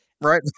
right